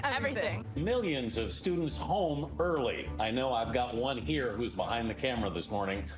and everything. millions of students home early. i know. i've got and one here who's behind the camera this morning.